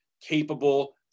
capable